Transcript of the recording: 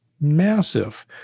massive